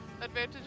advantage